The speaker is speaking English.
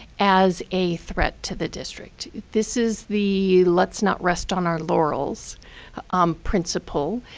as a threat to the district. this is the let's not rest on our laurels um principal,